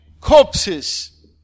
corpses